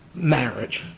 marriage,